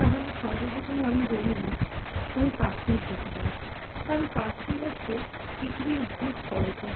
তাহলে সর্বপ্রথম আমি বলবো আমি কাশ্মীর যেতে চাই কারণ কাশ্মীর হচ্ছে পৃথিবীর ভূস্বর্গ